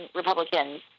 republicans